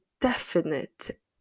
definite